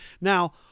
Now